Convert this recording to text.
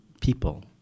people